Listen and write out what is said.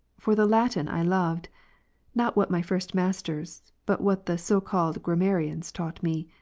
for the latin i loved not what my first masters, but what the so-called grammarians taught me.